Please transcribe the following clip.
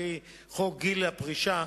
על-פי חוק גיל הפרישה,